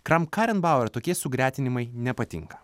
kramkarenbauer tokie sugretinimai nepatinka